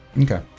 Okay